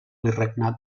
virregnat